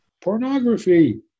pornography